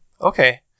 Okay